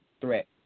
threat